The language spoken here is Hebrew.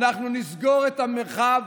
אנחנו נסגור את המרחב